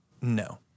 No